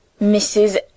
Mrs